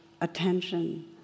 attention